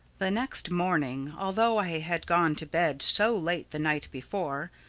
the next morning, although i had gone to bed so late the night before,